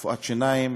רפואת שיניים,